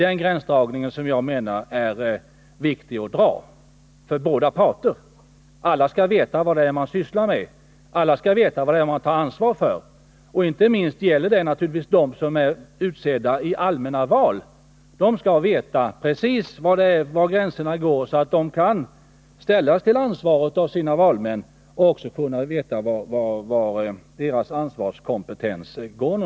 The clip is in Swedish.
Jag menar att den gränsdragningen är viktig för båda parter. Alla skall veta vad man sysslar med och tar ansvar för. Inte minst gäller det naturligtvis dem som är utsedda i allmänna val. De skall veta precis var gränserna går och även hur långt deras ansvarskompetens sträcker sig, så att de kan ställas till ansvar inför sina valmän.